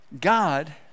god